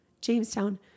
Jamestown